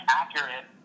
accurate